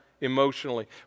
emotionally